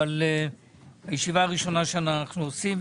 אבל ישיבה ראשונה שאנחנו עושים,